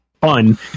fun